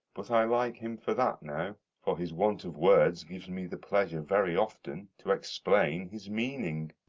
but i like him for that now for his want of words gives me the pleasure very often to explain his meaning.